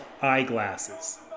eyeglasses